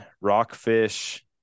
rockfish